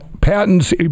patents